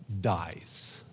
dies